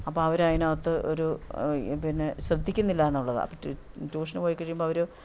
അപ്പം അവർ അയിനകത്ത് ഒരു പിന്നെ ശ്രദ്ധിക്കുന്നില്ല എന്നുള്ളത് അപ്പം ട്യൂഷന് പോയി കഴിയുമ്പോൾ അവർ